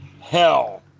hell